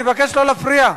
אני מבקש לא להפריע.